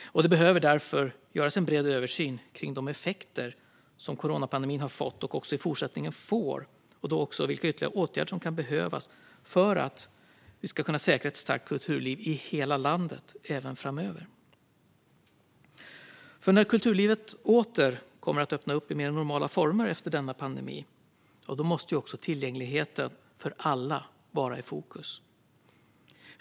Det behöver därför göras en bred översyn av de effekter coronapandemin har fått och också i fortsättningen får och också av vilka ytterligare åtgärder som kan behövas för att vi ska kunna säkra ett starkt kulturliv i hela landet även framöver. När kulturlivet åter öppnar under mer normala former efter denna pandemi måste tillgängligheten för alla vara i fokus.